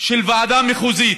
של ועדה מחוזית.